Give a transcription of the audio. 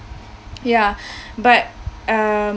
ya but um